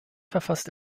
verfasst